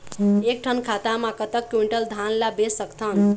एक ठन खाता मा कतक क्विंटल धान ला बेच सकथन?